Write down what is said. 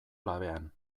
labean